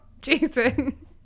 jason